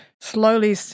slowly